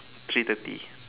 three thirty